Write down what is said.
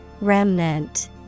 Remnant